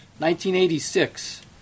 1986